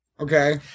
Okay